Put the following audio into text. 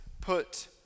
put